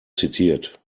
zitiert